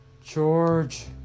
George